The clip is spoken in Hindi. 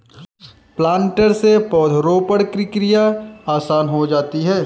प्लांटर से पौधरोपण की क्रिया आसान हो जाती है